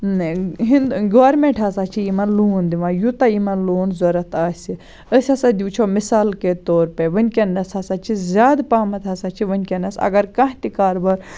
ہِند government ہَسا چھِ یِمَن لون دِوان یوٗتاہ یِمَن لون ضرورَت آسہِ أسۍ ہَسا وٕچھو مِثال کے طور پے وٕنکیٚنَس ہَسا چھِ زیاد پَہمَتھ ہَسا چھِ وٕنکیٚنَس اگر کانٛہہ تہِ کاربار